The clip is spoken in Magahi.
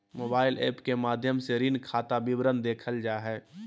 मोबाइल एप्प के माध्यम से ऋण खाता विवरण देखल जा हय